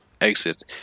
exit